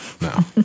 No